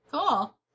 Cool